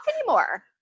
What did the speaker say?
anymore